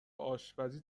آشپزی